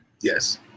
Yes